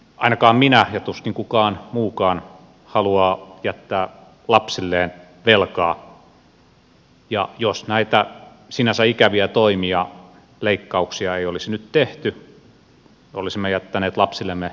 ainakaan minä en halua ja tuskin kukaan mukaan haluaa jättää lapsilleen velkaa ja jos näitä sinänsä ikäviä toimia leikkauksia ei olisi nyt tehty olisimme jättäneet lapsillemme ison velkataakan